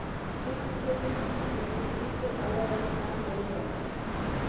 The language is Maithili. बित्त क्षेत्र मे एन्युटि केँ अलग स्थान देल जाइ छै